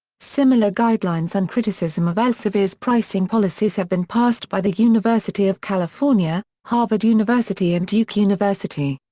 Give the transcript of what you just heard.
similar guidelines and criticism of elsevier's pricing policies have been passed by the university of california, harvard university and duke university.